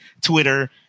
Twitter